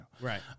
Right